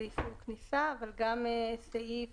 סעיף